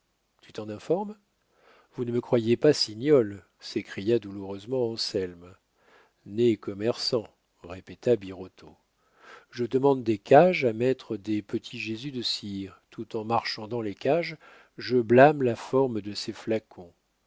tu t'en informes vous ne me croyez pas si gniolle s'écria douloureusement anselme né commerçant répéta birotteau je demande des cages à mettre des petits jésus de cire tout en marchandant les cages je blâme la forme de ces flacons